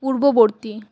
পূর্ববর্তী